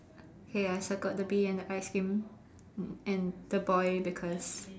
hey I circled the bee and the ice cream and the boy because